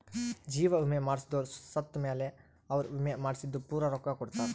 ಜೀವ ವಿಮೆ ಮಾಡ್ಸದೊರು ಸತ್ ಮೇಲೆ ಅವ್ರ ವಿಮೆ ಮಾಡ್ಸಿದ್ದು ಪೂರ ರೊಕ್ಕ ಕೊಡ್ತಾರ